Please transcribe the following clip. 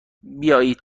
بیایید